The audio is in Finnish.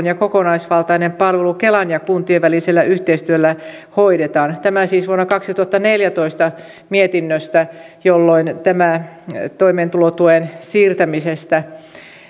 ja kokonaisvaltainen palvelu kelan ja kuntien välisellä yhteistyöllä hoidetaan tämä siis vuoden kaksituhattaneljätoista mietinnöstä jolloin toimeentulotuen siirtämisestä